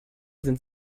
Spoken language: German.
sind